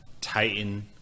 titan